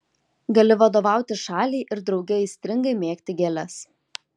gali vadovauti šaliai ir drauge aistringai mėgti gėles